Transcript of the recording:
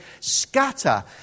scatter